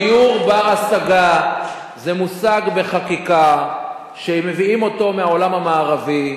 דיור בר-השגה זה מושג בחקיקה שמביאים אותו מהעולם המערבי,